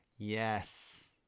Yes